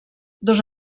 dos